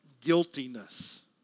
guiltiness